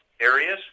areas